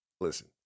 Listen